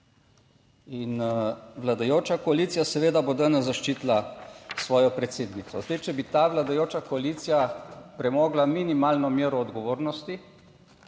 In vladajoča koalicija seveda bo danes zaščitila svojo predsednico. Zdaj, če bi ta vladajoča koalicija premogla minimalno mero odgovornosti,